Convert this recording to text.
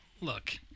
Look